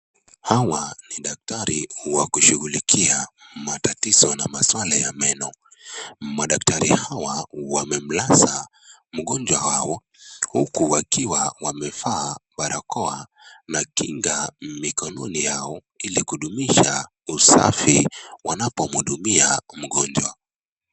Hawa ni daktari wa kushughulikia matatizo na masuala ya meno. Madaktari hawa wamemlaza mgonjwa wao uku wakiwa wamevaa barakoa na kinga mikononi yao ili kudumisha usafi wanapomhudumia mgonjwa.